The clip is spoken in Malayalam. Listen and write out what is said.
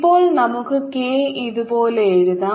ഇപ്പോൾ നമുക്ക് k ഇതുപോലെ എഴുതാം